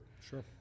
Sure